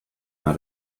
not